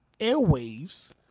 airwaves